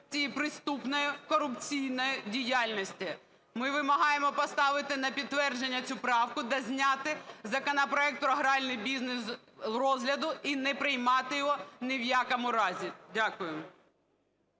цієї преступної корупційної діяльності. Ми вимагаємо поставити на підтвердження цю правку та зняти законопроект про гральний бізнес з розгляду і не приймати його ні в якому разі. Дякую.